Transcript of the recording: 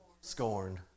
scorned